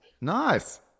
Nice